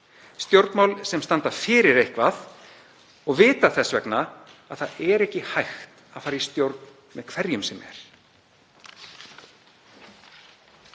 stjórnmál sem standa fyrir eitthvað og vita þess vegna að það er ekki hægt að fara í stjórn með hverjum sem er.